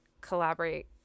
collaborate